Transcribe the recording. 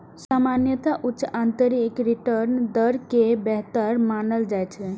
सामान्यतः उच्च आंतरिक रिटर्न दर कें बेहतर मानल जाइ छै